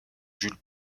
jules